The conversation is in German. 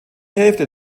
hälfte